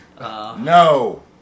no